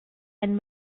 and